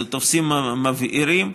תופסים מבעירים.